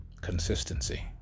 Consistency